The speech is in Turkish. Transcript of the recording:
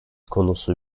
konusu